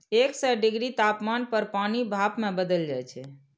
एक सय डिग्री तापमान पर पानि भाप मे बदलि जाइ छै